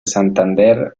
santander